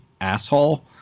asshole